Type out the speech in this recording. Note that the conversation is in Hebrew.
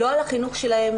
לא על החינוך שלהם,